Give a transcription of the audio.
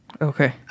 okay